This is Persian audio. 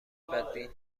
بدبین